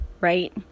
right